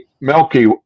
Milky